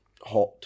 hot